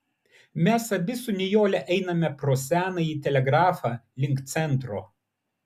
mes abi su nijole einame pro senąjį telegrafą link centro